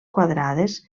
quadrades